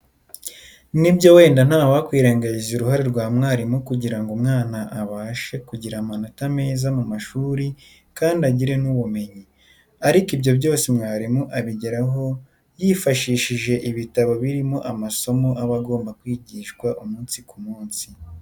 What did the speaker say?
Ni byo wenda nta wakwirengagiza uruhare rea mwalimu kugira ngo umwana abashe kugira amanota meza mu ishuri kandi agire n'ubumenyi. Ariko ibyo byose mwalimu abigerabo yifashishije ibitabo birimo amasomo aba agomba kwigisha umunsi ku munsi.